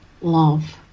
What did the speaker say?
love